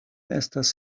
estas